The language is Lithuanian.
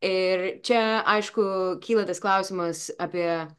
ir čia aišku kyla tas klausimas apie